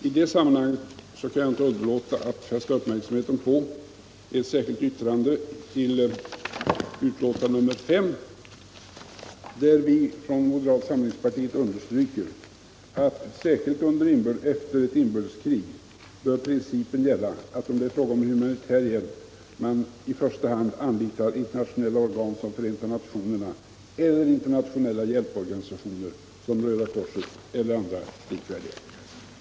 I det sammanhanget kan jag inte underlåta att fästa uppmärksamheten på ett särskilt yttrande till utrikesutskottets betänkande nr 5, där vi inom moderata samlingspartiet understryker att om det är fråga om humanitär hjälp bör den principen gälla, att man — särskilt efter ett inbördeskrig — i första hand anlitar internationella organ sådana som Förenta nationerna eller internationella hjälporganisationer såsom Röda korset eller andra likvärdiga.